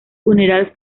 funeral